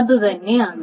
അത് തന്നെയാണ്